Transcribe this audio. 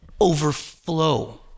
overflow